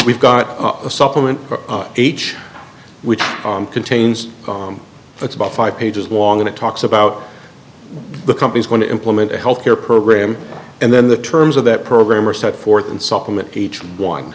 we've got a supplement each which contains it's about five pages long and it talks about the company's going to implement a health care program and then the terms of that program are set forth and supplement each one